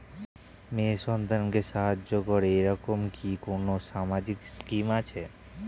মেয়ে সন্তানকে সাহায্য করে এরকম কি কোনো সামাজিক স্কিম আছে?